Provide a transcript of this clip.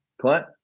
Clint